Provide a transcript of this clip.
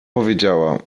powiedziała